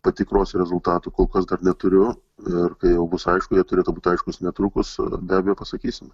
patikros rezultatų kol kas dar neturiu ir kai jau bus aišku jie turėtų būt aiškūs netrukus be abejo pasakysim